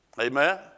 Amen